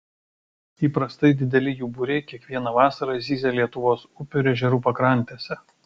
įprastai dideli jų būriai kiekvieną vasarą zyzia lietuvos upių ir ežerų pakrantėse